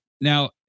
now